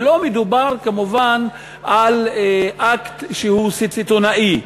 ולא מדובר כמובן על אקט שהוא סיטוני,